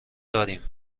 داریم